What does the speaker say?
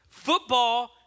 Football